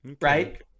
right